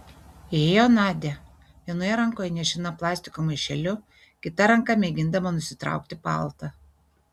įėjo nadia vienoje rankoje nešina plastiko maišeliu kita ranka mėgindama nusitraukti paltą